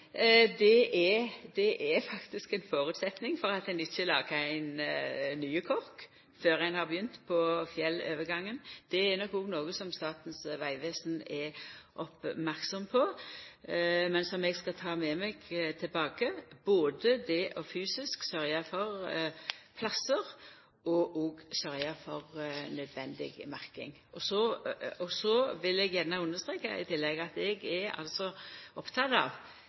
. For kjettingplassar er faktisk ein føresetnad for at ein ikkje lagar ein ny kork før ein har begynt på fjellovergangen. Det er nok òg noko som Statens vegvesen er merksam på, men eg skal ta med meg tilbake både det fysisk å sørgja for plassar og nødvendig merking. Så vil eg gjerne understreka i tillegg at eg er oppteken av